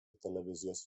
televizijos